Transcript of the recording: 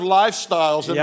lifestyles